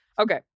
Okay